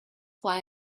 why